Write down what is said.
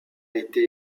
été